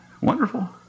Wonderful